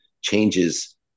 changes